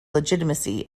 legitimacy